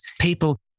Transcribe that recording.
people